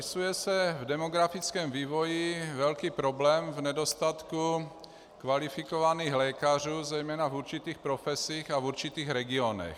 Rýsuje se v demografickém vývoji velký problém v nedostatku kvalifikovaných lékařů zejména v určitých profesích a určitých regionech.